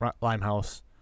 Limehouse